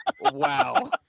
wow